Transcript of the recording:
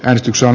äänestyksen